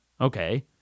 Okay